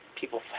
people